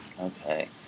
Okay